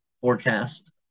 forecast